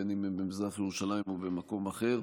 בין שהם ממזרח ירושלים ובין שהם ממקום אחר.